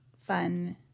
fun